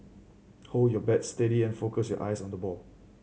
hold your bat steady and focus your eyes on the ball